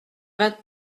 vingt